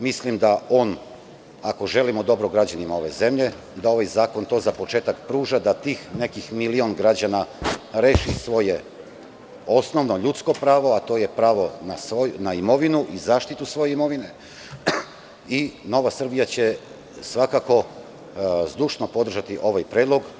Mislim, ako želimo dobro građanima ove zemlje, da ovaj zakon to za početak pruža, da tih nekih milion građana reši svoje osnovno ljudsko pravo, a to je pravo na imovinu i zaštitu svoje imovine i Nova Srbija će svakako zdušno podržati ovaj predlog.